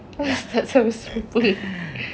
tak sama serupa